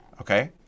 okay